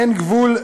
אין גבול?